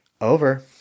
over